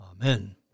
Amen